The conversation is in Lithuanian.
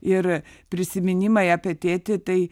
ir prisiminimai apie tėtį tai